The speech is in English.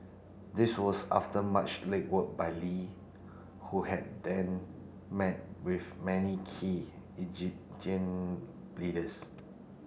this was after much legwork by Lee who had then met with many key Egyptian leaders